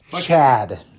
Chad